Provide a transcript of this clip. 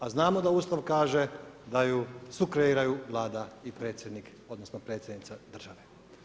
A znamo da … kaže da ju sukreiraju Vlada i predsjednik odnosno, predsjednica države.